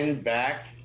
Back